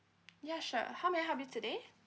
ya sure how may I help you today